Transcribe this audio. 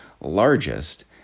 largest